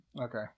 Okay